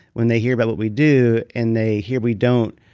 when they hear about what we do, and they hear we don't